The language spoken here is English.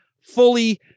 fully